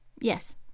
Yes